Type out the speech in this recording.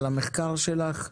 על המחקר שלך,